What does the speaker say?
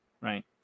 right